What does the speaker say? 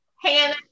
Hannah